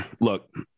look